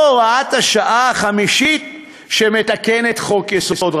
הוראת השעה החמישית שמתקנת חוק-יסוד,